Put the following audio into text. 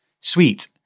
sweet